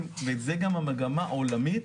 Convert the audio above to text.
וזו גם המגמה העולמית,